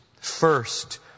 First